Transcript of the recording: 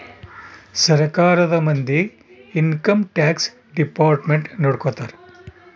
ಸರ್ಕಾರದ ಮಂದಿ income tax department ನೊಡ್ಕೋತರ